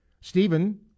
Stephen